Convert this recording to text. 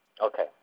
Okay